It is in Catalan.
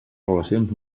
relacions